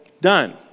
done